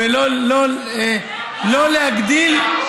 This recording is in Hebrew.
ולא להגדיל,